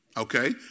Okay